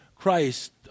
Christ